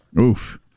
Oof